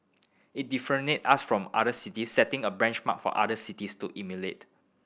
it differentiate us from other cities setting a benchmark for other cities to emulate